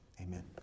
amen